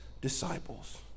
disciples